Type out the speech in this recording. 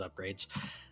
upgrades